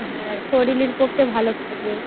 হ্যাঁ শরিরের পক্ষে ভালো থাকবে